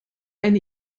eine